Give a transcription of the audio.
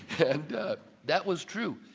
and that was true.